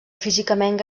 físicament